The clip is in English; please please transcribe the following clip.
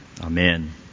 Amen